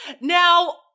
now